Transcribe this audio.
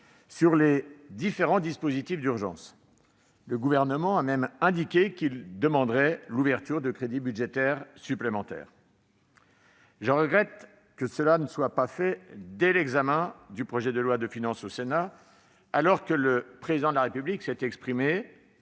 sur les différents dispositifs d'urgence. Le Gouvernement a même indiqué qu'il demanderait l'ouverture de crédits budgétaires supplémentaires. Je regrette que cela ne soit pas réalisé dès l'examen du PLF au Sénat, alors que le Président de la République s'est exprimé